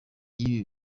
y’ibi